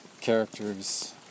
characters